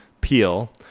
peel